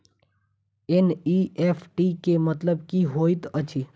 NEFT केँ मतलब की होइत अछि?